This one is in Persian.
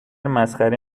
مسخره